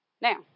Now